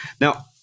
Now